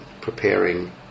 preparing